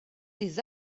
des